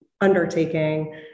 undertaking